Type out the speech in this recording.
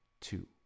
two